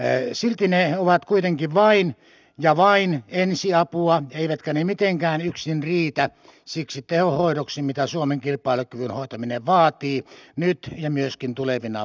silti ne ovat kuitenkin vain ja vain ensiapua eivätkä ne mitenkään yksin riitä siksi tehohoidoksi mitä suomen kilpailykyvyn hoitaminen vaatii nyt ja myöskin tulevina vuosina